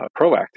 proactive